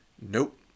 nope